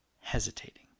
hesitating